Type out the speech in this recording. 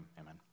Amen